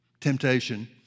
temptation